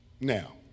Now